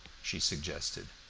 she suggested.